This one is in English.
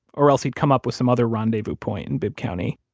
or else he'd come up with some other rendezvous point in bibb county